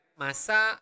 masa